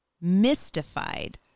Mystified